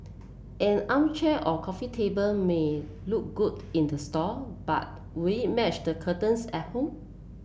an armchair or coffee table may look good in the store but will match the curtains at home